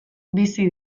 bizi